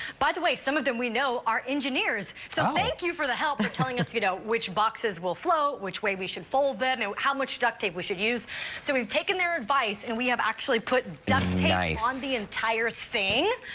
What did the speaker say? by the way, some of them we know are engineers thank you for the help by telling us you know which boxes will float, which way we should fold them, how much duct tape we should use so we've taken their advice and we have actually put duct tape on the entire thing.